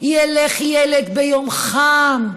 ילך ילד ביום חם,